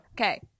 Okay